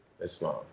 Islam